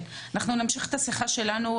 אנחנו נמשיך את השיחה שלנו,